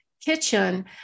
kitchen